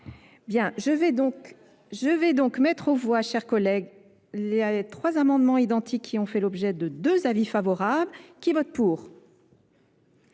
je vais mettre aux voix chers collègues trois amendements identiques qui ont fait l'objet de deux avis favorables qui votent pour